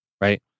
right